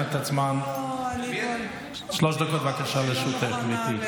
שלוש דקות, לרשותך, גברתי,